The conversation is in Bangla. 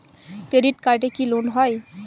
ক্রেডিট কার্ডে কি লোন হয়?